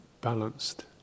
balanced